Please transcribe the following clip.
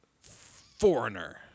foreigner